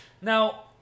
Now